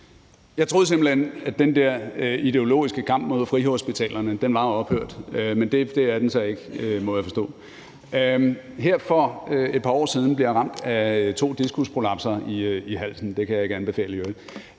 Jeg troede simpelt hen, at den der ideologiske kamp mod frihospitalerne var ophørt, men det er den så ikke, må jeg forstå. Her for et par år siden blev jeg ramt af to diskusprolapser i nakken – det kan jeg i øvrigt ikke anbefale – og